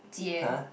Jie